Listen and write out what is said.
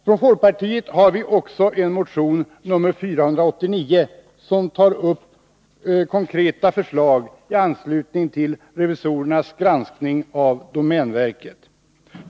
Från folkpartiet har vi också väckt en motion nr 489, där vi tar upp konkreta förslag i anslutning till revisorernas granskning av domänverket.